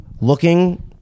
looking